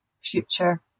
future